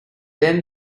then